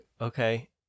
okay